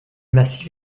massif